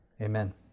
Amen